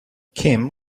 kim